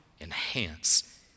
enhance